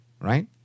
right